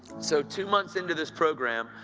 so two months into this programme,